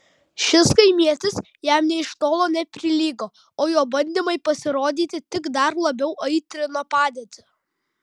šis kaimietis jam nė iš tolo neprilygo o jo bandymai pasirodyti tik dar labiau aitrino padėtį